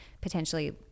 potentially